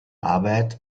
arbeit